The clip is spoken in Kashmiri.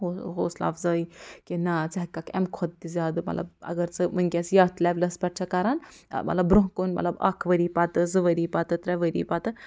حو حوصلہٕ افزٲیی کہِ نہَ ژٕ ہٮ۪کَکھ اَمہِ کھۄتہٕ تہِ زیادٕ مطلب اگر ژٕ وُنکٮ۪س یَتھ لیٚولَس پٮ۪ٹھ چھَکھ کَران مطلب برٛونٛہہ کُن مطلب اَکھ ؤری پتہٕ زٕ ؤری پتہٕ ترٛےٚ ؤری پتہٕ